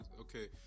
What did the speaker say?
Okay